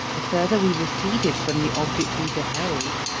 the further we receded from the object we beheld,